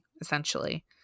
essentially